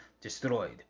destroyed